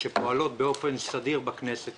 שפועלות באופן סדיר בכנסת.